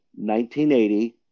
1980